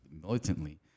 militantly